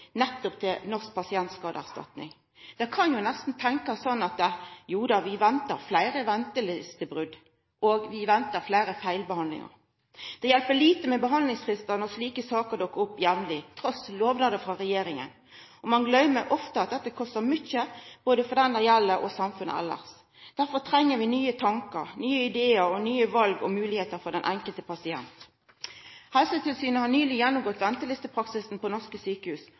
nettopp til Norsk pasientskadeerstatning. Ein kan nesten tenkja sånn at ein ventar fleire ventelistebrot og ein ventar fleire feilbehandlingar. Det hjelper lite med behandlingsfristar når slike saker dukkar opp jamleg, trass i lovnader frå regjeringa. Ein gløymer ofte at dette kostar mykje både for den det gjeld og for samfunnet elles. Derfor treng vi nye tankar, nye idear og nye val og moglegheiter for den enkelte pasient. Helsetilsynet har nyleg gjennomgått ventelistepraksisen ved norske sjukehus og finn framleis teikn på